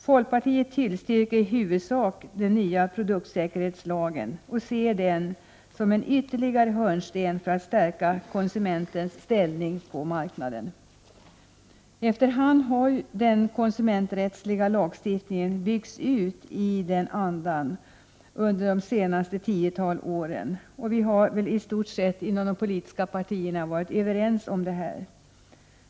Folkpartiet tillstyrker i huvudsak förslaget till produktsäkerhetslag och ser den som en ytterligare hörnsten för att stärka konsumentens ställning på marknaden. Efter hand har den konsumenträttsliga lagstiftningen byggts ut i den andan under de senaste tio åren. Vi har inom de politiska partierna i stort sett varit överens.